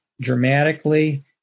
dramatically